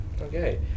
okay